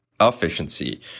efficiency